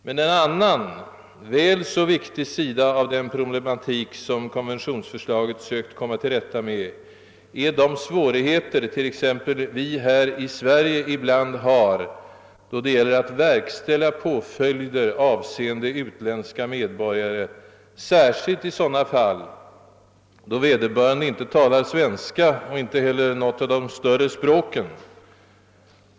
Men en annan väl så viktig sida av den problematik som konventionsförslaget sökt komma till rätta med är t.ex. de svårigheter vi här i Sverige ibland har då det gäller att verkställa påföljd avseende utländska medborgare, särskilt i sådana fall då vederbörande inte talar svenska och inte heller något av de större språken.